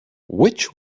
which